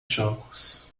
jogos